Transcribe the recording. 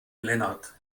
lennart